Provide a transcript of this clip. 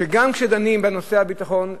שגם כשדנים בנושא הביטחון,